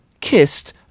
kissed